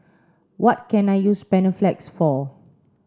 what can I use Panaflex for